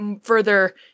further